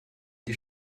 die